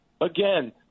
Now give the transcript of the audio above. again